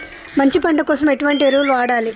మంచి పంట కోసం ఎటువంటి ఎరువులు వాడాలి?